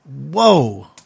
whoa